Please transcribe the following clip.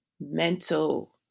mental